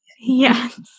Yes